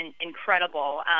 incredible